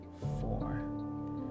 four